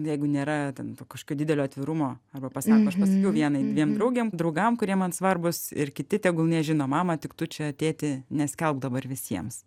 jeigu nėra ten to kažkokio didelio atvirumo arba pasako aš pasakiau vienai dviem draugėm draugam kurie man svarbūs ir kiti tegul nežino mama tik tu čia tėti neskelbk dabar visiems